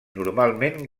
normalment